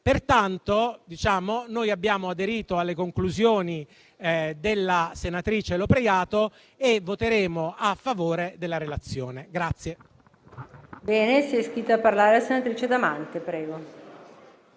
pertanto aderito alle conclusioni della senatrice Lopreiato e voteremo a favore della relazione.